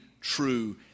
true